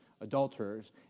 adulterers